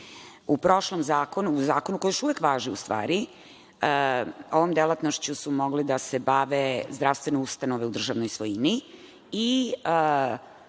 U prošlom zakonu, u zakonu koji još uvek važi, u stvari, ovom delatnošću su mogli da se bave zdravstvene ustanove u državnoj svojini i